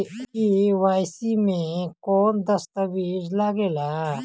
KYC मे कौन दश्तावेज लागेला?